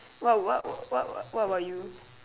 what what what what what about you